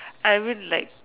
I mean like